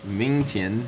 明天